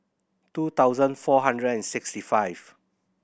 two thousand four hundred and sixty five